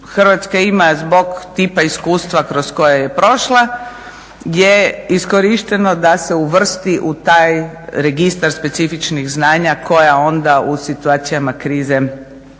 Hrvatska ima zbog tipa iskustva kroz koja je prošla gdje je iskorišteno da se uvrsti u taj registar specifičnih znanja koja onda u situacijama krize se